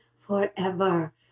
forever